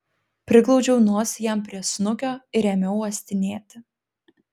priglaudžiau nosį jam prie snukio ir ėmiau uostinėti